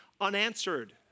unanswered